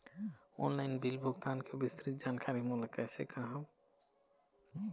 Online bill भुगतान के विस्तृत जानकारी मोला कैसे पाहां होही?